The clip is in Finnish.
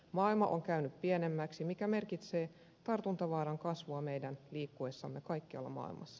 maailma on käynyt pienemmäksi mikä merkitsee tartuntavaaran kasvua meidän liikkuessamme kaikkialla maailmassa